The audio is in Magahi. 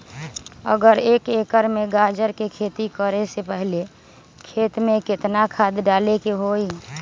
अगर एक एकर में गाजर के खेती करे से पहले खेत में केतना खाद्य डाले के होई?